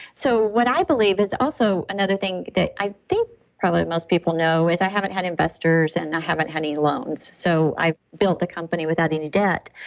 so, what i believe is also another thing that i think probably most people know is i haven't had investors and i haven't had any loans. so, i built the company without any debt.